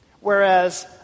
whereas